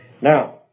Now